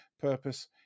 purpose